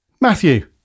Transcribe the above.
Matthew